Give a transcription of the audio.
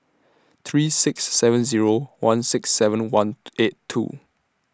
three six seven Zero one six seven one eight two